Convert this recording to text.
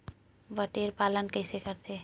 बटेर पालन कइसे करथे?